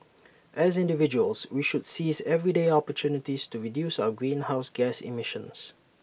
as individuals we should seize everyday opportunities to reduce our greenhouse gas emissions